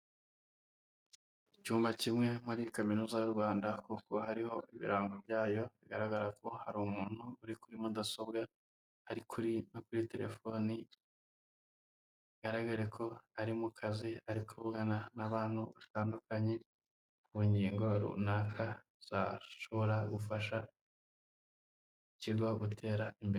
Icyumba kimwe muri kaminuza y'u Rwanda kuko hariho ibirango byayo, bigaragara ko hari umuntu uri kuri mudasobwa, ari kuri no kuri telefoni, bigaragare ko ari mu kazi ari kuvugana n'abantu batandukanye ku ngingo runaka zashobora gufasha ikigo gutera imbere.